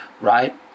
Right